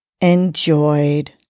enjoyed